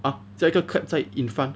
!huh! 加一个 clap 在 in front